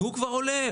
והוא כבר עולה,